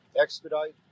expedite